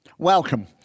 Welcome